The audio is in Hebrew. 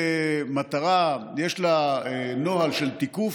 מטרה, יש לה נוהל של תיקוף,